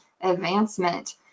advancement